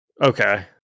Okay